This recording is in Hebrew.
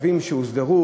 צווים שהוסדרו,